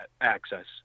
access